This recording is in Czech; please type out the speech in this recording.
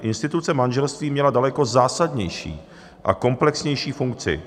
Instituce manželství měla daleko zásadnější a komplexnější funkci.